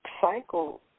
cycle